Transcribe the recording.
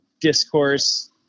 discourse